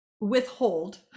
withhold